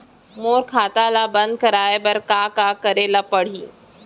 मोर खाता ल बन्द कराये बर का का करे ल पड़ही?